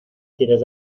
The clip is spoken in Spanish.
quieres